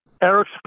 Eric